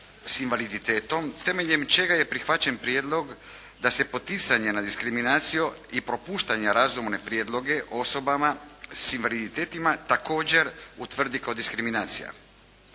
s invaliditetom temeljem čega je prihvaćen prijedlog da se poticanje na diskriminaciju i propuštanja razumne prijedloge osobama s invaliditetima također utvrdi kao diskriminacija.